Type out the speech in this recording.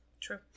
True